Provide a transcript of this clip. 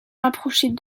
rapprochés